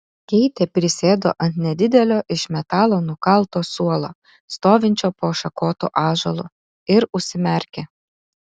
keitė prisėdo ant nedidelio iš metalo nukalto suolo stovinčio po šakotu ąžuolu ir užsimerkė